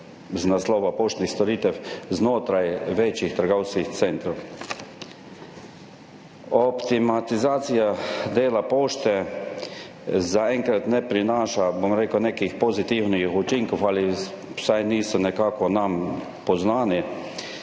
z naslova poštnih storitev znotraj večjih trgovskih centrov. Optimalizacija dela pošte zaenkrat ne prinaša nekih pozitivnih učinkov ali nam vsaj niso poznani,